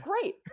great